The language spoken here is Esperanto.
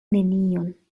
nenion